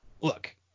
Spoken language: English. Look